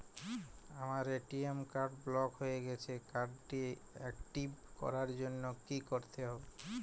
আমার ATM card block হয়ে গেছে কার্ড টি একটিভ করার জন্যে কি করতে হবে?